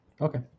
Okay